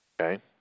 Okay